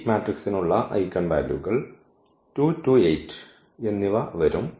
ഈ മാട്രിക്സിനുള്ള ഐഗൻ വാല്യൂകൾ 2 2 8 എന്നിവ വരും